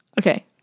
okay